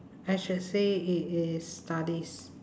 I should say it is studies